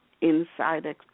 inside